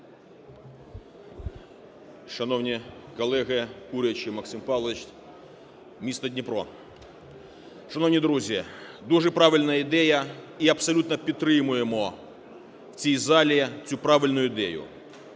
Шановні колеги, Курячий Максим Павлович, місто Дніпро. Шановні друзі, дуже правильна ідея. І абсолютно підтримуємо в цій залі цю правильну ідею.